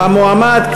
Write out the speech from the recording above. המועמד,